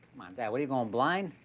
dad. what are you going, blind?